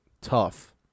tough